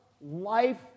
life